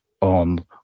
on